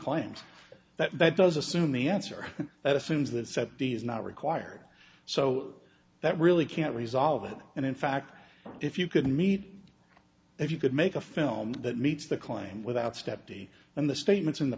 claims that it does assume the answer that assumes that set d is not required so that really can't resolve it and in fact if you could meet if you could make a film that meets the claim without step d and the statements in the